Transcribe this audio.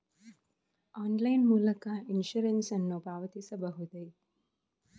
Online ಮೂಲಕ insurance ನ್ನು ಪಾವತಿಸಬಹುದೇ?